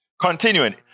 Continuing